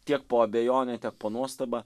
tiek po abejone tiek po nuostaba